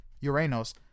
Uranus